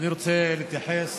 אני רוצה להתייחס